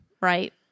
Right